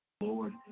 Lord